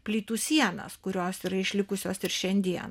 plytų sienas kurios yra išlikusios ir šiandien